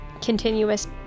continuous